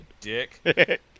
dick